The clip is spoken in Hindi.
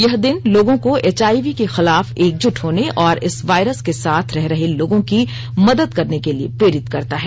यह दिन लोगों को एचआईवी के खिलाफ एकजुट होने और इस वायरस के साथ रह रहे लोगों की मदद करने के लिए प्रेरित करता है